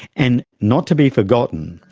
and, not to be forgotten,